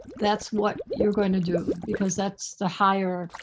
that's what you're going to do because that's the higher,